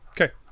Okay